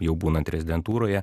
jau būnant rezidentūroje